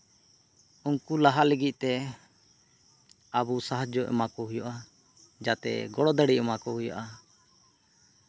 ᱩᱱᱠᱩ ᱞᱟᱦᱟᱜ ᱞᱟᱹᱜᱤᱫᱛᱮ ᱟᱵᱚ ᱥᱟᱦᱟᱡᱡᱚ ᱮᱢᱟ ᱠᱚ ᱦᱩᱭᱩᱜᱼᱟ ᱡᱟᱛᱮ ᱜᱚᱲᱚ ᱫᱟᱲᱮ ᱮᱢᱟ ᱠᱚ ᱦᱩᱭᱩᱜᱼᱟ